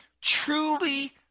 truly